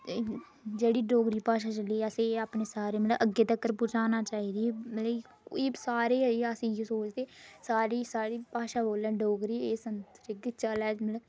जेह्ड़ी डोगरी भाषा चली दी असें अपने सारे मतलब अग्गें तक्कर पजाना चाहिदी मतलब सारे गै अस इ'यै सोचदे सारे साढ़ी भाषा बोलन डोगरी एह् मतलब